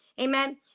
amen